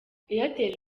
airtel